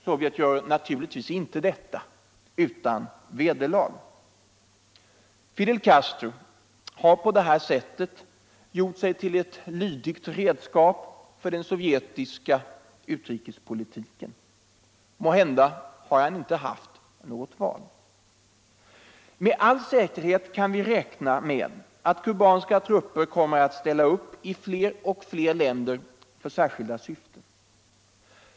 Sovjet gör naturligtvis inte detta utan vederlag. Fidel Castro har på det sättet gjort sig till ett lydigt redskap för den sovjetiska politiken. Måhända har han inte haft något val. Med all säkerhet kan vi räkna med att kubanska trupper kommer att ställa upp i fler och fler länder för särskilda syften.